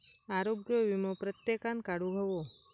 आरोग्य वीमो प्रत्येकान काढुक हवो